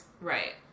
Right